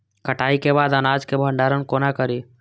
कटाई के बाद अनाज के भंडारण कोना करी?